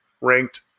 ranked